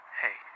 hey